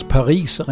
Paris